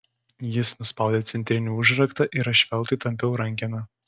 jis nuspaudė centrinį užraktą ir aš veltui tampiau rankeną